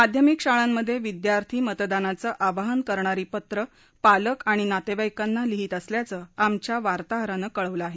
माध्यमिक शाळांमधे विद्यार्थी मतदानाचं आवाहन करणारी पत्रं पालक आणि नातेवाईकांना लिहीत असल्याचं आमच्या वार्ताहरानं कळवलं आहे